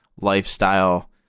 lifestyle